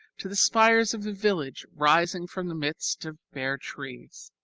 to the spires of the village rising from the midst of bare trees.